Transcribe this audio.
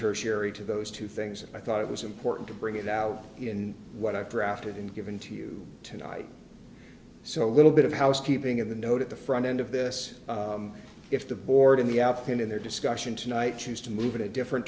tertiary to those two things i thought it was important to bring it out in what i for after them given to you tonight so a little bit of housekeeping of the note at the front end of this if the board in the outfit in their discussion tonight choose to move in a different